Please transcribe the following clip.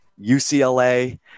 UCLA